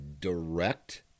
direct